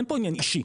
אין פה עניין אישי.